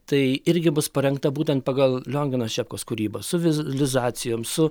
tai irgi bus parengta būtent pagal liongino šepkos kūryba su vizualizacijom su